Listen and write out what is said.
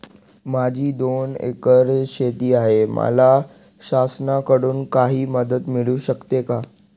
माझी दोन एकर शेती आहे, मला शासनाकडून काही मदत मिळू शकते का?